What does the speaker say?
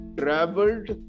traveled